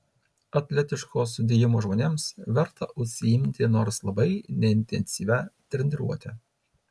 atletiško sudėjimo žmonėms verta užsiimti nors labai neintensyvia treniruote